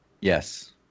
Yes